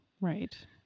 right